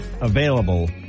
available